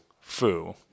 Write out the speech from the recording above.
Fu